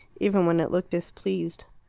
even when it looked displeased.